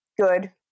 good